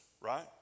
right